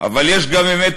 "אבל יש גם אמת,